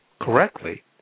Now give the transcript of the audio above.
correctly